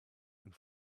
and